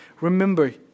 remember